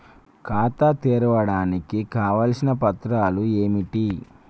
ఖాతా తెరవడానికి కావలసిన పత్రాలు ఏమిటి?